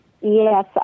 Yes